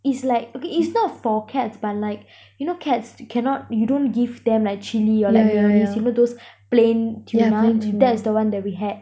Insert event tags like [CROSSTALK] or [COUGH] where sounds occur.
is like okay it's not for cats but like [BREATH] you know cats cannot you don't give them like chilli or like mayonnaise you know those plain tuna that's the one that we had